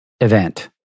event